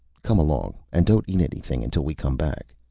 come along. and don't eat anything until we come back.